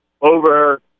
over